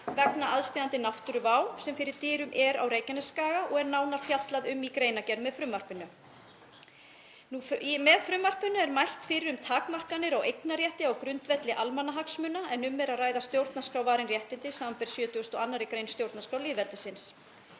vegna aðsteðjandi náttúruvár sem fyrir dyrum er á Reykjanesskaga og er nánar fjallað um í greinargerð með frumvarpinu. Með frumvarpinu er mælt fyrir um takmarkanir á eignarrétti á grundvelli almannahagsmuna en um er að ræða stjórnarskrárvarin réttindi, sbr. 72. gr. stjórnarskrár lýðveldisins.